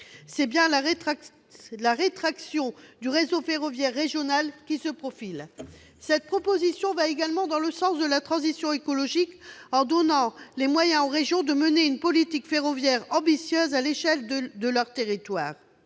c'est bien la rétraction du réseau ferroviaire régional qui se profile. Notre proposition va également dans le sens de la transition écologique, en donnant aux régions les moyens de mener une politique ferroviaire ambitieuse à l'échelle de leur territoire.